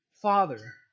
father